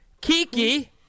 Kiki